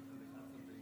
חוק הרב קוק מגיע למליאה,